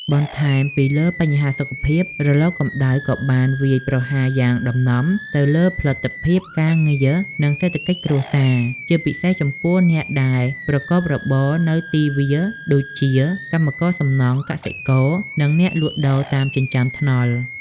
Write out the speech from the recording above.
បន្ថែមពីលើបញ្ហាសុខភាព រលកកម្ដៅក៏បានវាយប្រហារយ៉ាងដំណំទៅលើផលិតភាពការងារ និងសេដ្ឋកិច្ចគ្រួសារ ជាពិសេសចំពោះអ្នកដែលប្រកបរបរនៅទីវាលដូចជា កម្មករសំណង់ កសិករ និងអ្នកលក់ដូរតាមចិញ្ចើមថ្នល់។